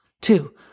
two